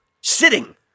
sitting